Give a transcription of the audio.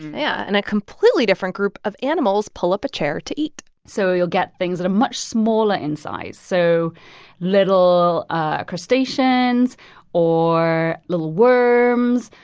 yeah. and a completely different group of animals pull up a chair to eat so you'll get things that are much smaller in size, so little ah crustaceans or little worms,